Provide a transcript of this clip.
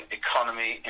economy